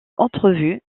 entrevue